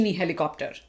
helicopter